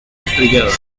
estrellada